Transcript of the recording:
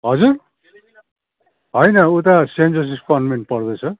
हजुर होइन उता सेन्ट जोसेफ कन्भेन्ट पढ्दैछ